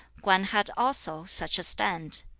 kwan had also such a stand.